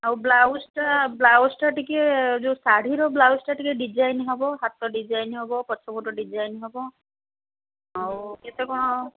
ଆଉ ବ୍ଲାଉଜ୍ଟା ବ୍ଲାଉଜ୍ଟା ଟିକେ ଯେଉଁ ଶାଢ଼ୀର ବ୍ଲାଉଜ୍ଟା ଟିକେ ଡିଜାଇନ୍ ହେବ ହାତ ଡିଜାଇନ୍ ହେବ ପଛପଟ ଡିଜାଇନ୍ ହେବ ଆଉ କେତେ କ'ଣ